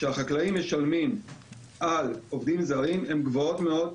שהחקלאים משלמים על עובדים זרים הן גבוהות מאוד,